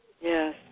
Yes